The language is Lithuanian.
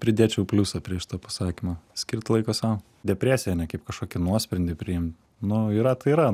pridėčiau pliusą prie šito pasakymo skirt laiko sau depresiją ne kaip kažkokį nuosprendį priimt nu yra tai yra